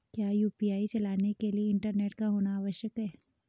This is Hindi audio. क्या यु.पी.आई चलाने के लिए इंटरनेट का होना आवश्यक है?